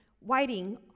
waiting